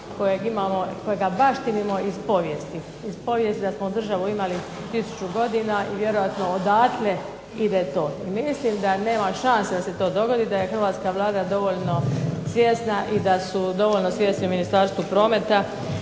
kojega baštinimo iz povijesti. Iz povijesti da smo državu imali 1000 godina i vjerojatno odatle ide to. Mislim da ne ma šanse da se to dogodi, da je Hrvatska vlada dovoljno svjesna i da su dovoljno svjesni u Ministarstvu prometa